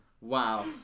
Wow